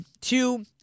two